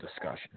discussion